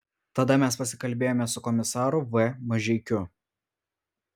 tada mes pasikalbėjome su komisaru v mažeikiu